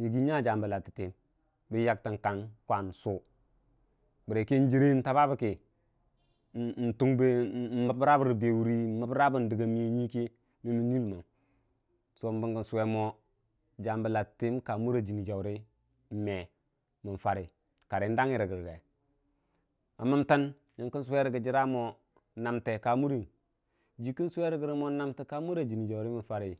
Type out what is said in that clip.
yəgən nya yambə lattətəyən bən yaktən kang kwan, suu bərəkə njəre nməbrabe rə bewurii a miya nyii kə me mən nuu ləmang bəngə suwe jambə lattətəyəm ka mura jini jaurə mən farə karəbən danngi gəre a məntən nyənkə suwe rəgə jira monamte jiya dək ki suwe mo namte ka muriyʊ.